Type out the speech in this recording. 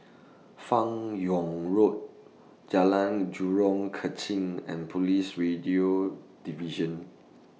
fan Yoong Road Jalan Jurong Kechil and Police Radio Division